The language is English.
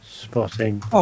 spotting